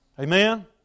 Amen